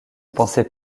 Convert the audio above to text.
pensait